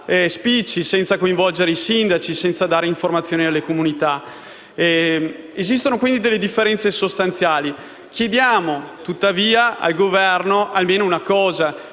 senza coinvolgere i sindaci e senza dare informazioni alle comunità. Esistono quindi delle differenze sostanziali, tuttavia chiediamo al Governo che nella